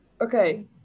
Okay